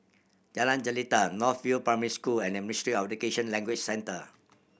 Jalan Jelita North View Primary School and Ministry of Education Language Centre